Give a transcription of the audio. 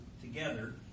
together